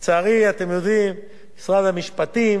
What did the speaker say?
לצערי, אתם יודעים, משרד המשפטים,